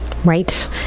Right